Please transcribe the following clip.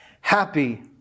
Happy